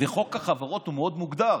שחוק החברות הוא מאוד מוגדר?